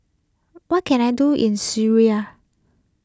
what can I do in Syria